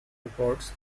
reports